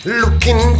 looking